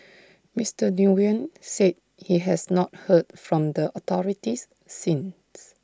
Mister Nguyen said he has not heard from the authorities since